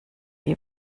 die